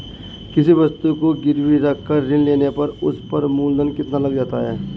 किसी वस्तु को गिरवी रख कर ऋण लेने पर उस पर मूलधन कितना लग जाता है?